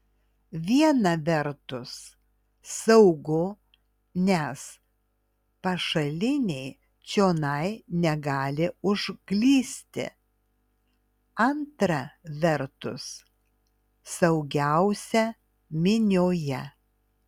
viena vertus saugu nes pašaliniai čionai negali užklysti antra vertus saugiausia minioje